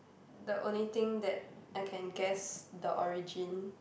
the only thing that I can guess the origin